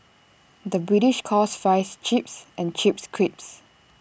the British calls Fries Chips and Chips Crisps